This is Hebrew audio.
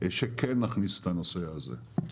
שכן נכניס את הנושא הזה.